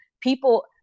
People